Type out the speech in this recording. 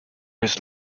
his